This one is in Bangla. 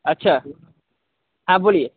আচ্ছা হ্যাঁ বলুন